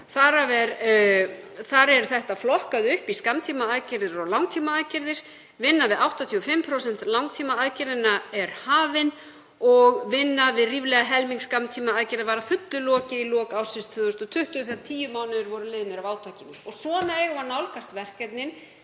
Þar er þetta flokkað upp í skammtímaaðgerðir og langtímaaðgerðir og vinna við 85% langtímaaðgerðanna er hafin og vinnu við ríflega helming skammtímaaðgerða var að fullu lokið í lok ársins 2020 þegar tíu mánuðir voru liðnir af átakinu. Svona eigum við að nálgast verkefnin